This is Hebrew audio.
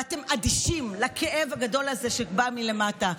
ואתם אדישים לכאב הגדול הזה שבא מלמטה.